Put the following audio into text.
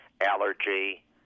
allergy